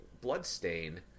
Bloodstain